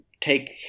take